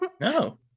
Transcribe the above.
No